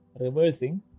reversing